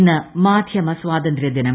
ഇന്ന് മാധ്യമ സ്വാതന്ത്ര്യ ദിനം